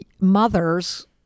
mothers